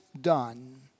done